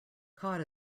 cod